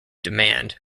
demand